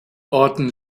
orten